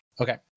Okay